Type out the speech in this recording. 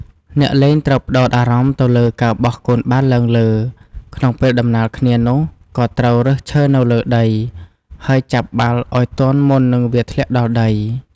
អ្នកលេងត្រូវផ្តោតអារម្មណ៍ទៅលើការបោះកូនបាល់ឡើងលើ ក្នុងពេលដំណាលគ្នានោះក៏ត្រូវរើសឈើនៅលើដី ហើយចាប់បាល់ឲ្យទាន់មុននឹងវាធ្លាក់ដល់ដី។